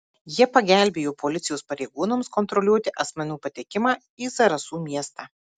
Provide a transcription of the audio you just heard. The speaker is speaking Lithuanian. jie pagelbėjo policijos pareigūnams kontroliuoti asmenų patekimą į zarasų miestą